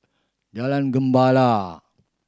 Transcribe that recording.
Jalan Gemala